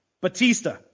Batista